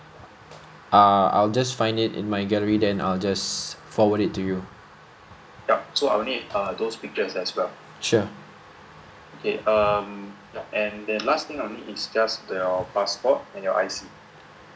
err I'll just find it in my gallery then I'll just forward it to you sure